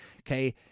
okay